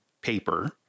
paper